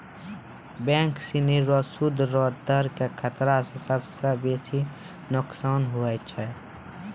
bank सिनी रो सूद रो दर के खतरा स सबसं बेसी नोकसान होय छै